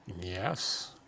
Yes